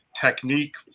technique